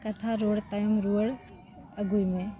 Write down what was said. ᱠᱟᱛᱷᱟ ᱨᱚᱲ ᱛᱟᱭᱚᱢ ᱨᱩᱣᱟᱹᱲ ᱟᱹᱜᱩᱭ ᱢᱮ